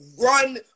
run